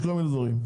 יש כל מיני דברים.